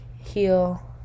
heal